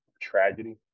tragedy